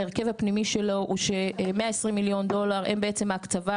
ההרכב הפנימי שלו הוא ש-120 מיליון דולר הם בעצם ההקצבה,